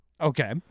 Okay